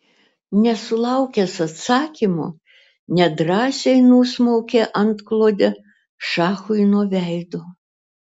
nesulaukęs atsakymo nedrąsiai nusmaukė antklodę šachui nuo veido